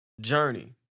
journey